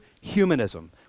humanism